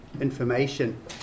information